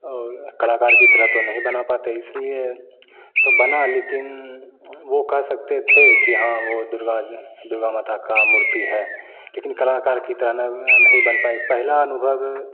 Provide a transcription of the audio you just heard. और कलाकार की तरह तो नहीं बना पाते इसलिए तो बना लेकिन वो कह सकते थे कि हाँ वो दुर्गा दुर्गा माता का मूर्ति है क्योंकि कलाकार की तरह नहीं बन पाई पहला अनुभव